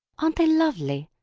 aren't they lovely?